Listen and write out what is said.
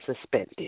suspended